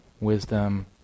wisdom